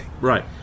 Right